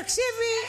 תקשיבי,